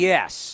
Yes